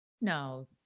no